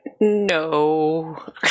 no